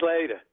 later